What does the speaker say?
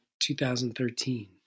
2013